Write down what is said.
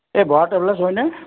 Bora travellers হয়নে